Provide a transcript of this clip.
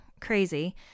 crazy